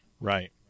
Right